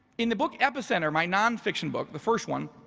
in the book epicenter my nonfiction book, the first one,